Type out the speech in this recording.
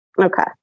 okay